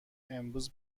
امروز